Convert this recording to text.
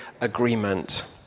agreement